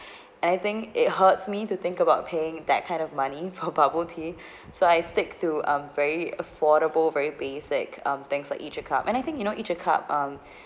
and I think it hurts me to think about paying that kind of money for bubble tea so I stick to um very affordable very basic um things like each a cup and I think you know each a cup um